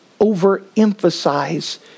overemphasize